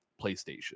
PlayStation